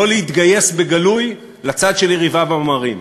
לא להתגייס בגלוי לצד של יריביו המרים.